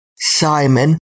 Simon